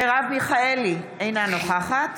מרב מיכאלי, אינה נוכחת